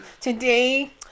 today